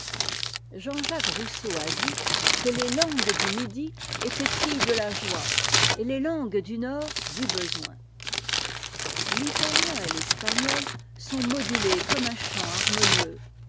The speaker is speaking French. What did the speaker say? j rousseau a dit que les langues m étaient filles de la joie et les langues du nord du besoin l'italien et l'espagnol sont modulés comme un chant harmonieux